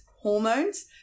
hormones